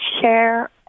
share